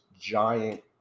giant